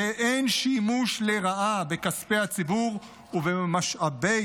שאין שימוש לרעה בכספי הציבור ובמשאבי